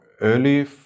early